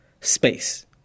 space